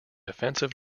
offensive